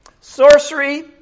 Sorcery